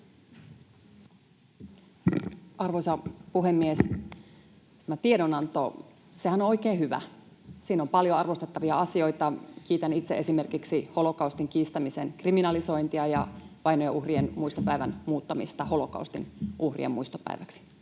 Arvoisa puhemies! Tämä tiedonantohan on oikein hyvä, siinä on paljon arvostettavia asioita. Kiitän itse esimerkiksi holokaustin kiistämisen kriminalisointia ja vainojen uhrien muistopäivän muuttamista holokaustin uhrien muistopäiväksi.